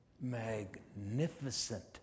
magnificent